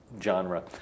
genre